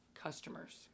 customers